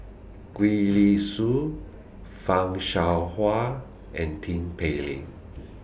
Gwee Li Sui fan Shao Hua and Tin Pei Ling